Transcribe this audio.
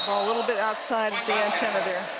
a little bit outside of the antennas there